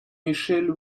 michelle